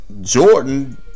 Jordan